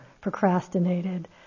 procrastinated